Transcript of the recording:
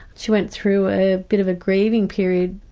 she went through a bit of a grieving period.